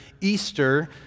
Easter